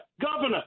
governor